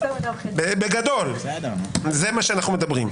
על זה אנחנו מדברים.